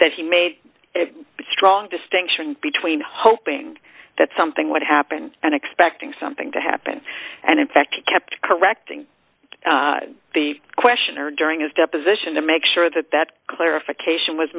that he made a strong distinction between hoping that something would happen and expecting something to happen and in fact kept correcting the questioner during his deposition to make sure that that clarification w